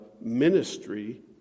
ministry